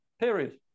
period